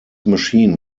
machine